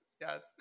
yes